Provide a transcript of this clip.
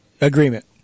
agreement